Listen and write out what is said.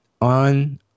on